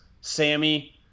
Sammy